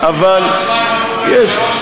זה מפריע, נכון?